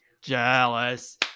Jealous